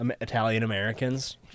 Italian-Americans